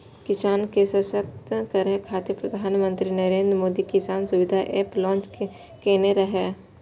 किसान के सशक्त करै खातिर प्रधानमंत्री नरेंद्र मोदी किसान सुविधा एप लॉन्च केने रहै